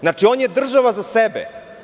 Znači, on je država za sebe.